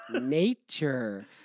Nature